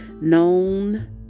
known